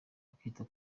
akita